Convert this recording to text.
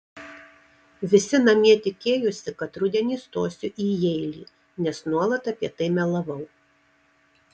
visi namie tikėjosi kad rudenį stosiu į jeilį nes nuolat apie tai melavau